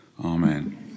Amen